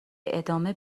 ادامه